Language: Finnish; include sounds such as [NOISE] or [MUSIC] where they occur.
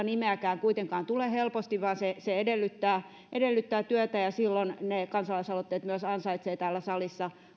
[UNINTELLIGIBLE] nimeäkään eivät kuitenkaan tule helposti vaan se edellyttää edellyttää työtä ja silloin ne kansalaisaloitteet myös ansaitsevat täällä salissa